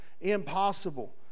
impossible